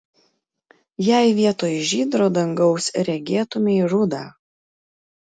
jei vietoj žydro dangaus regėtumei rudą